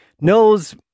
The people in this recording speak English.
knows